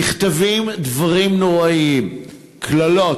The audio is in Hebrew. נכתבים דברים נוראיים, קללות,